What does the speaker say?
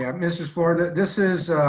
yeah mrs. flour, and this is